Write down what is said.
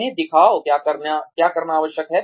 उन्हें दिखाओ क्या करना आवश्यक है